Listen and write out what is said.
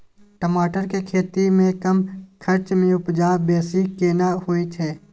टमाटर के खेती में कम खर्च में उपजा बेसी केना होय है?